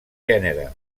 gènere